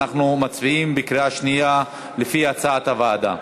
אנחנו מצביעים בקריאה שנייה לפי הצעת הוועדה.